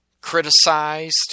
criticized